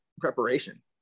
preparation